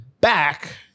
back